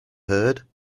heard